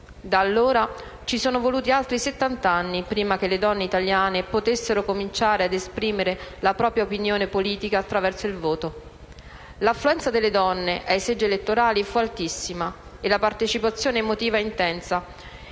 Da allora ci sono voluti altri settant'anni prima che le donne italiane potessero cominciare ad esprimere la propria opinione politica attraverso il voto. L'affluenza delle donne ai seggi elettorali fu altissima e la partecipazione emotiva intensa.